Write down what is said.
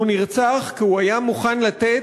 הוא נרצח כי הוא היה מוכן לתת